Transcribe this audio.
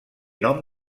nom